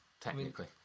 technically